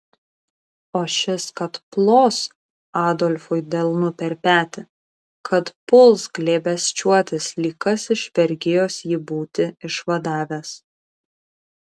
o šis kad plos adolfui delnu per petį kad puls glėbesčiuotis lyg kas iš vergijos jį būti išvadavęs